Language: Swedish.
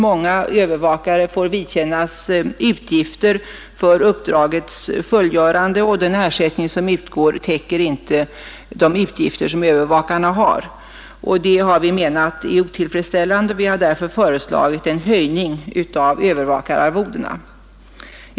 Många övervakare får vidkännas utgifter för uppdragets fullgörande, och den ersättning som utgår täcker inte de utgifter som övervakarna har. Det har vi ansett vara otillfredsställande, och utskottet har därför föreslagit en höjning av övervakararvodena.